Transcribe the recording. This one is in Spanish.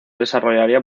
desarrollaría